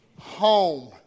home